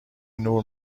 نور